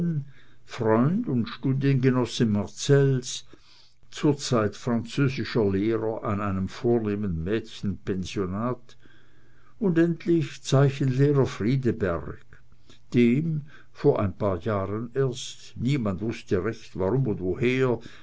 freund und studiengenosse marcells zur zeit französischer lehrer an einem vornehmen mädchenpensionat und endlich zeichenlehrer friedeberg dem vor ein paar jahren erst niemand wußte recht warum und woher